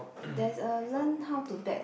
there's a learn how to bet